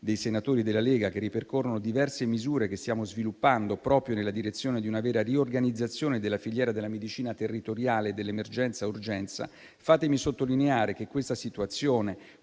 dei senatori della Lega, che ripercorrono diverse misure che stiamo sviluppando proprio nella direzione di una vera riorganizzazione della filiera della medicina territoriale e dell'emergenza-urgenza. Fatemi sottolineare che la situazione